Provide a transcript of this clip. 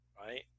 Right